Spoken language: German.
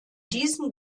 diesen